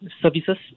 services